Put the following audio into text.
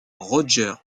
roger